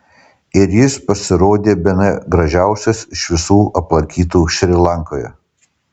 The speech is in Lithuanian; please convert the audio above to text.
ir jis pasirodė bene gražiausias iš visų aplankytų šri lankoje